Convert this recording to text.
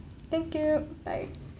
thank you bye bye